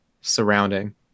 surrounding